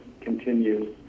continues